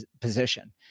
position